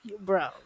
bro